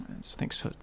Thanks